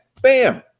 Bam